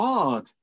God